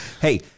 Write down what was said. hey